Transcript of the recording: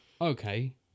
okay